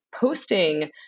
posting